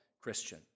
Christian